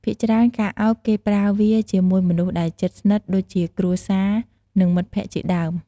ភាគច្រើន ការឱប គេប្រើវាជាមួយមនុស្សដែលជិតស្និទ្ធ ដូចជាគ្រួសារ និងមិត្តភក្តិជាដើម។